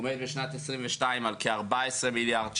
ועומד בשנת 22' על כ-14 מיליארד שקל.